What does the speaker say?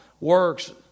works